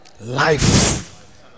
Life